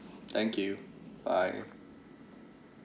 thank you bye